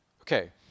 Okay